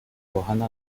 johanna